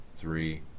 three